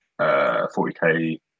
40K